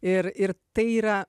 ir ir tai yra